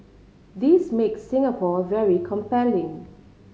this makes Singapore very compelling